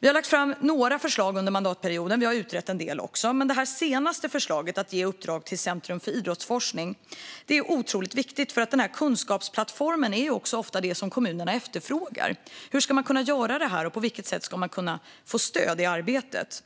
Vi har lagt fram några förslag under mandatperioden och även utrett en del. Det senaste förslaget, att ge uppdrag till Centrum för idrottsforskning, är otroligt viktigt, för den här kunskapsplattformen är ofta det som kommunerna efterfrågar. Hur ska man kunna göra detta, och på vilket sätt ska man kunna få stöd i arbetet?